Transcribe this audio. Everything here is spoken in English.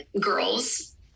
girls